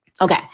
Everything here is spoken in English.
Okay